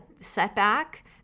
setback